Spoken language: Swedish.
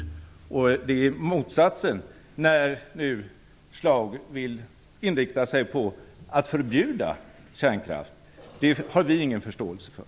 Motsatsen är att Birger Schlaug nu vill inrikta sig på att förbjuda kärnkraft. Det har vi ingen förståelse för.